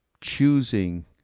choosing